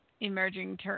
emerging